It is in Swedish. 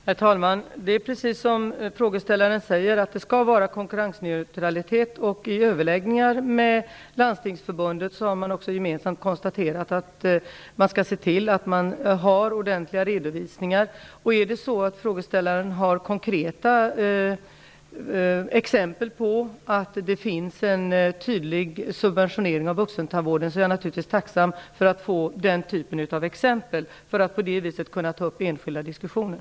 Herr talman! Det är precis så som frågeställaren säger, att det skall vara konkurrensneutralitet. I överläggningar med Landstingsförbundet har man också gemensamt konstaterat att man skall se till att det finns ordentliga redovisningar. Om det är så att frågeställaren har konkreta exempel på att det förekommer en tydlig subventionering av vuxentandvården, är jag naturligtvis tacksam för att få sådana exempel, för att på det viset kunna ta upp enskilda diskussioner.